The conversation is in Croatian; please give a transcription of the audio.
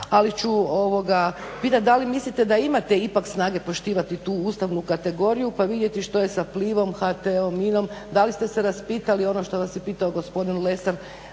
ali ću pitat da li mislite da imate ipak snage poštivati tu ustavnu kategoriju pa vidjeti šta je sa Plivom, HT-om, INA-om, da li ste se raspitali ono što vas je pitao gospodin Lesar